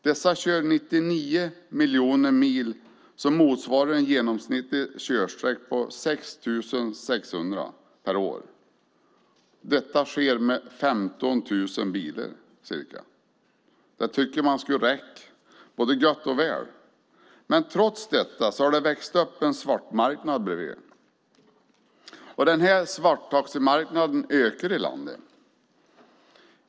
De kör 99 miljoner mil, motsvarande en genomsnittlig körsträcka på 6 600 mil per år. Detta sker med ca 15 000 bilar. Det tycker man gott och väl skulle räcka. Men ändå har en svartmarknad växt fram bredvid. Denna svarttaximarknad ökar i landet.